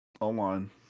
online